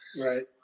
Right